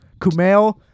Kumail